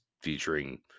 featuring